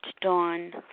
Dawn